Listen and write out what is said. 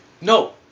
No